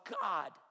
God